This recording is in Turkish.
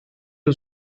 yıl